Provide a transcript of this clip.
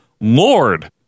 lord